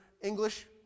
English